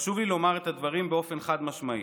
חשוב לי לומר את הדברים באופן חד-משמעי: